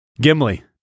Gimli